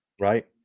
right